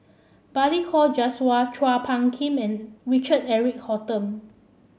Balli Kaur Jaswal Chua Phung Kim and Richard Eric Holttum